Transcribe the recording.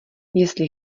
jestli